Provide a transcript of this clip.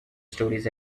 stories